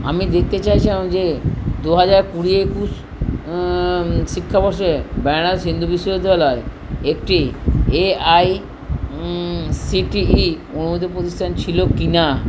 আমি দেখতে চাইছিলাম যে দু হাজার কুড়ি একুশ শিক্ষাবর্ষে বেনারস হিন্দু বিশ্ববিদ্যালয় একটি A I C T E অনুমোদিত প্রতিষ্ঠান ছিলো কি না